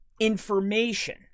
information